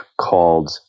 called